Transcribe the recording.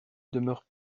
demeure